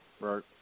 right